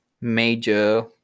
major